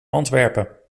antwerpen